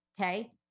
okay